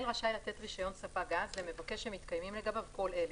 רשאי לתת רישיון ספק גז למבקש שמתקיימים לגביו כל אלה: